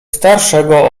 starszego